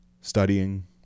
studying